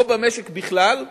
או במשק בכלל,